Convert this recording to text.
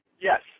Yes